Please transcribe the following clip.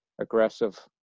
aggressive